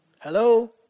Hello